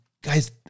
guys